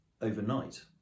overnight